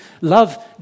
Love